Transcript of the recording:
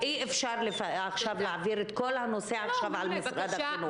אי אפשר עכשיו להעביר את כל הנושא על משרד החינוך.